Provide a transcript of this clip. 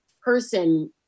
person